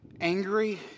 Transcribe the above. angry